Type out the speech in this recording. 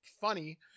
funny